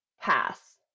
Pass